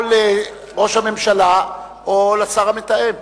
או לראש הממשלה או לשר המתאם.